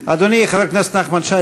אדוני חבר הכנסת נחמן שי,